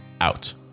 out